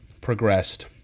progressed